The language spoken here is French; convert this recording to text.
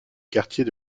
quartier